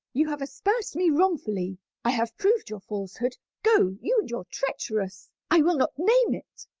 you have aspersed me wrongfully i have proved your falsehood. go, you and your treacherous i will not name it,